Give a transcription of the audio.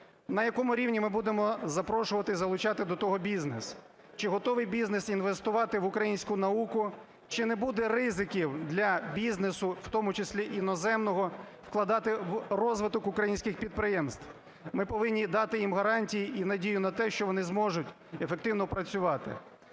на якому рівні ми будемо запрошувати і залучати до того бізнес. Чи готовий бізнес інвестувати в українську науку, чи не буде ризиків для бізнесу, в тому числі іноземного, вкладати в розвиток українських підприємств. Ми повинні дати їм гарантію і надію на те, що вони зможуть ефективно працювати.